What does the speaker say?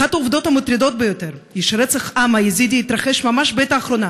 אחת העובדות המטרידות ביותר היא שרצח העם היזידי התרחש ממש בעת האחרונה